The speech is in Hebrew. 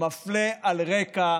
הוא מפלה על רקע